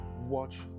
Watch